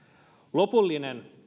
lopullinen